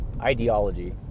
Ideology